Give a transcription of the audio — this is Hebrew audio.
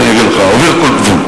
איך אני אגיד לך, עובר כל גבול.